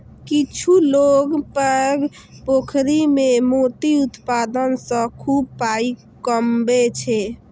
किछु लोक पैघ पोखरि मे मोती उत्पादन सं खूब पाइ कमबै छै